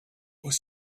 was